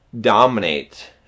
dominate